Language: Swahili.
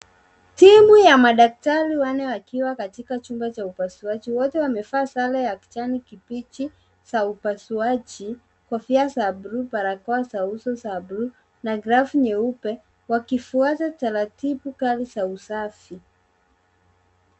Timu ya madkatari wanne wakiwa katika chumba cha upasuaji. Wote wamevaa sare ya kijani kibichi za upasuaji, kofia za buluu, barakoa za uso za buluu na glavu nyeupe wakifuata taratibu kazi za usafi.